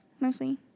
mostly